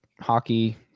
hockey